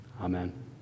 Amen